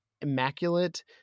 immaculate